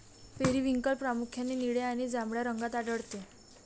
periwinkle प्रामुख्याने निळ्या आणि जांभळ्या रंगात आढळते